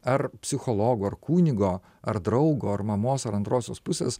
ar psichologo ar kunigo ar draugo ar mamos ar antrosios pusės